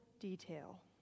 detail